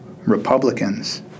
Republicans